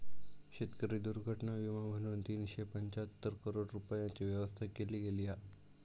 शेतकरी दुर्घटना विमा म्हणून तीनशे पंचाहत्तर करोड रूपयांची व्यवस्था केली गेली हा